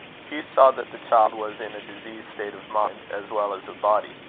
hugh saw that the child was in a diseased state of mind, as well as of body.